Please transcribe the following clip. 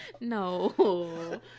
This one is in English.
No